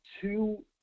two